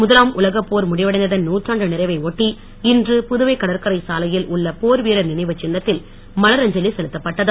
முதலாம் உலகப் போர் முடிவடைந்ததன் நூற்றாண்டு நிறைவை ஒட்டி இன்று புதுவை கடற்கரை சாலையில் உள்ள போர்வீரர் நினைவுச் சின்னத்தில் மலரஞ்சலி செலுத்தப்பட்டது